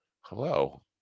Hello